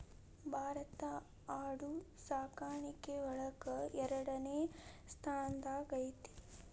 ಭಾರತಾ ಆಡು ಸಾಕಾಣಿಕೆ ಒಳಗ ಎರಡನೆ ಸ್ತಾನದಾಗ ಐತಿ